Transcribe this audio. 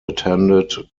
attended